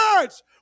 words